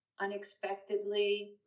unexpectedly